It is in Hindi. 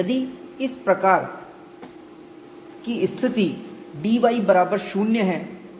यदि हमारे पास इस प्रकार की स्थिति dy बराबर शून्य है